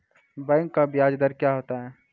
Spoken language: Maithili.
बैंक का ब्याज दर क्या होता हैं?